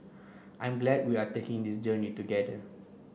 I'm glad we are taking this journey together